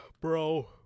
Bro